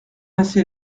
assez